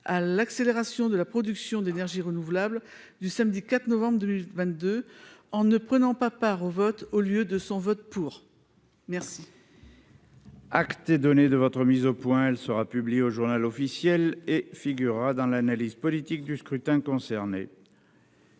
à l'accélération de la production d'énergie renouvelables du samedi 4 novembre 2022 en ne prenant pas part au vote, au lieu de son vote pour merci. Acte est donné de votre mise au point, elle sera publiée au Journal officiel et figurera dans l'analyse politique du scrutin concernés.